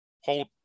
hold